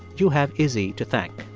you have izzi to thank.